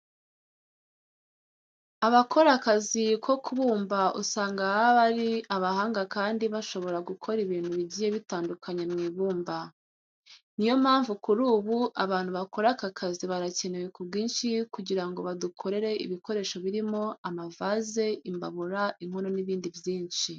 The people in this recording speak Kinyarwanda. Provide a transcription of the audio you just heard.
Abakora akazi ko kubumba usanga baba ari abahanga kandi bashobora gukora ibintu bigiye bitandukanye mu ibumba. Niyo mpamvu kuri ubu abantu bakora aka kazi bakenewe ku bwinshi kugira ngo badukorere ibikoresho birimo amavaze, imbabura, inkono n'ibindi byinshi.